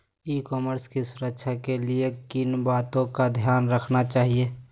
ई commerce की सुरक्षा के लिए किन बातों का ध्यान रखना चाहिए?